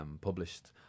published